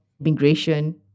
Migration